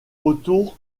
autour